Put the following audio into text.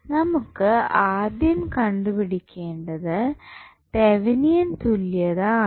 നമുക്ക് ആദ്യം കണ്ടുപിടിക്കേണ്ടത് തെവിനിയൻ തുല്യത ആണ്